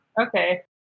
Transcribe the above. Okay